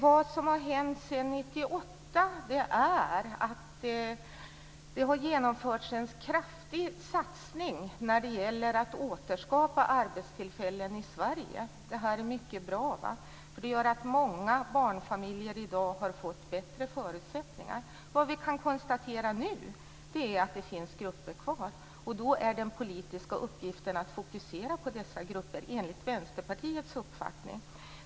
Vad som har hänt sedan 1998 är att det har genomförts en kraftig satsning när det gäller att återskapa arbetstillfällen i Sverige. Det är mycket bra. Det gör att många barnfamiljer i dag har fått bättre förutsättningar. Vad vi kan konstatera nu är att det finns grupper kvar, och då är den politiska uppgiften att fokusera på dessa grupper, enligt Vänsterpartiets uppfattning.